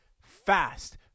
fast